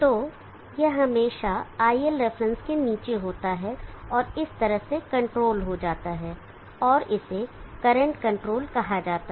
तो यह हमेशा iLref के नीचे होता है और इस तरह से कंट्रोल हो जाता है और इसे करंट कंट्रोल कहा जाता है